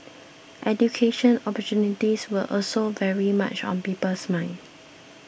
education opportunities will also very much on people's minds